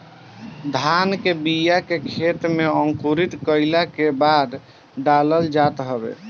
धान के बिया के खेते में अंकुरित कईला के बादे डालल जात हवे